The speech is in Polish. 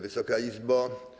Wysoka Izbo!